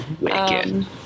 Wicked